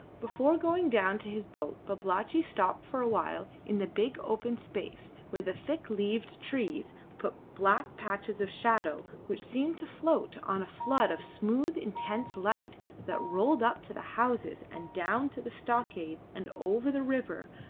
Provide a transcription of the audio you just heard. before going down to his boat babalatchi stopped for a while in the big open space where the thick-leaved trees put black patches of shadow which seemed to float on a flood of smooth, intense light that rolled up to the houses and down to the stockade and over the river,